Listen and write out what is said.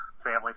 family